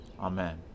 Amen